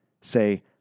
say